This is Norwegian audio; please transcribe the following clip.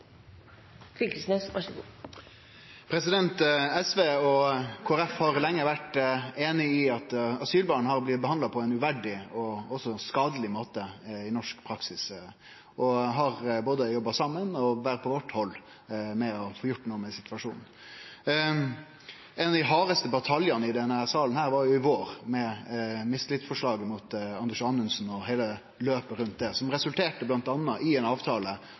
altfor gammalt. Så eg trur at det å få bygd nye fengsel vil vere til gode for samfunnet, og det er riktig at det blir prioritert. SV og Kristeleg Folkeparti har lenge vore einige om at asylbarn har blitt behandla på ein uverdig og også skadeleg måte i norsk praksis. Vi har jobba saman og kvar på sitt hald med å få gjort noko med situasjonen. Ein av dei hardaste bataljane i denne salen var i vår, med mistillitsforslaget mot Anders